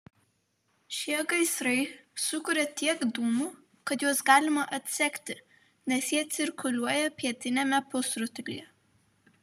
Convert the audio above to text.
šie gaisrai sukuria tiek dūmų kad juos galima atsekti nes jie cirkuliuoja pietiniame pusrutulyje